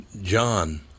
John